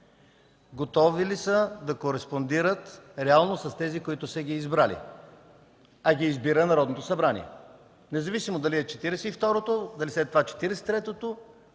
готови ли са да кореспондират реално с тези, които са ги избрали, а ги избира Народното събрание, независимо дали е Четиридесет и второто,